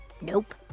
Nope